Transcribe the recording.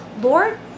Lord